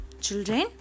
children